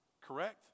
correct